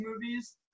movies